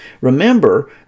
remember